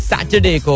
Saturday